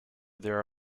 there